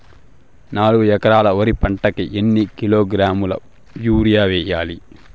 నాలుగు ఎకరాలు వరి పంటకి ఎన్ని కిలోగ్రాముల యూరియ వేయాలి?